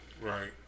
Right